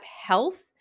health